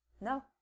No